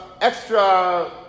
extra